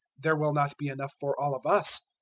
there will not be enough for all of us.